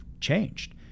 changed